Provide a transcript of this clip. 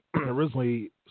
originally